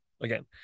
again